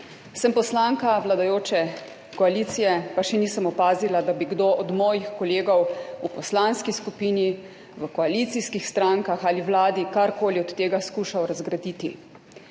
Sem poslanka vladajoče koalicije, pa še nisem opazila, da bi kdo od mojih kolegov v poslanski skupini, v koalicijskih strankah ali Vladi karkoli od tega skušal razgraditi.